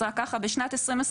אז בשנת 2021,